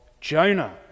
Jonah